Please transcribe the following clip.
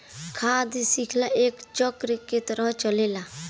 खाद्य शृंखला एक चक्र के तरह चलेला